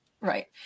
Right